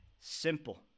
simple